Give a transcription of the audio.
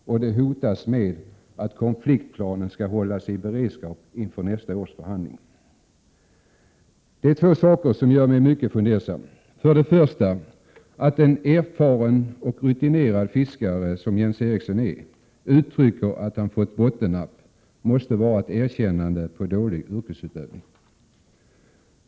Det hotas med att konfliktplanen skall hållas i beredskap inför nästa års förhandling. Det är två saker som gör mig mycket fundersam. För det första: Att en erfaren och rutinerad fiskare som Jens Eriksson uttrycker att han fick bottennapp måste väl vara ett bevis på dålig yrkesutövning?